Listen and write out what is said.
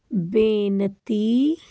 ਬੇਨਤੀ